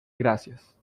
gracias